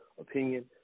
opinion